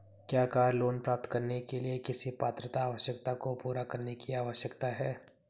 क्या car loan प्राप्त करने के लिए किसी पात्रता आवश्यकता को पूरा करने की आवश्यकता है?